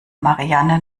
marianne